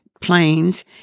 planes